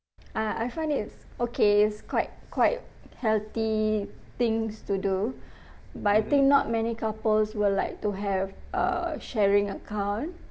uh I find it's okay it's quite quite healthy things to do but I think not many couples would like to have err sharing account